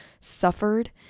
suffered